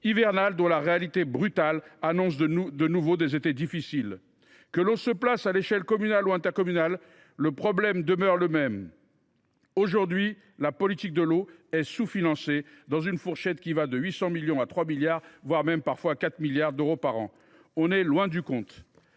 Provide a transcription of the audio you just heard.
hivernales dont la réalité brutale annonce de nouveau des étés difficiles. […] Que l’on se place à l’échelle communale ou intercommunale, le problème demeure le même. Aujourd’hui, la politique de l’eau est sous financée dans une fourchette de 800 millions à 3 milliards, voire 4 milliards d’euros par an. On est loin du compte